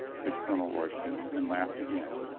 said colonel royston, and laughed again.